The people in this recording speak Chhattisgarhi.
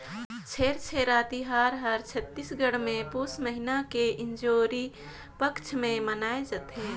छेरछेरा तिहार हर छत्तीसगढ़ मे पुस महिना के इंजोरी पक्छ मे मनाए जथे